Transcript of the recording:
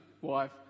wife